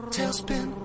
Tailspin